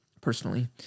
personally